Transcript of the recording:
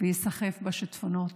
וייסחף בשיטפונות.